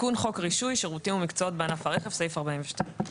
רישוי שירותים ומקצועות בענף הרכב 42.בחוק